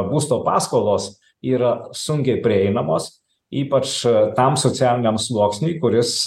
būsto paskolos yra sunkiai prieinamos ypač tam socialiniam sluoksniui kuris